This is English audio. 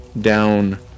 down